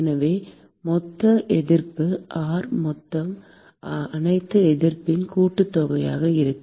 எனவே மொத்த எதிர்ப்பு R மொத்தம் அனைத்து எதிர்ப்பின் கூட்டுத்தொகையாக இருக்கும்